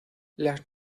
las